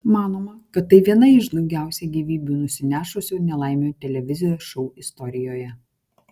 manoma kad tai viena iš daugiausiai gyvybių nusinešusių nelaimių televizijos šou istorijoje